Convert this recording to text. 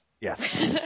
Yes